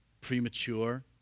premature